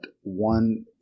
one